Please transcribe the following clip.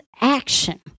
action